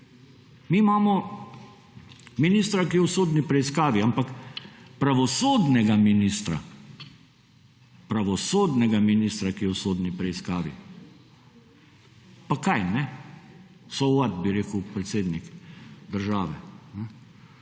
Mi imamo ministra, ki je v sodni preiskavi, ampak pravosodnega ministra, pravosodnega ministra, ki je v sodni preiskavi. Pa kaj, ne. So what, bi rekel predsednik države.